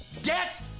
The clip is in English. Get